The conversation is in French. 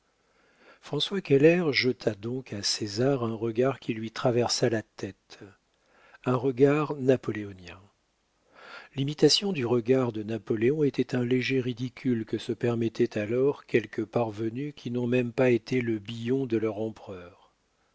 françois keller jeta donc à césar un regard qui lui traversa la tête un regard napoléonien l'imitation du regard de napoléon était un léger ridicule que se permettaient alors quelques parvenus qui n'ont même pas été le billon de leur empereur